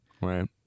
Right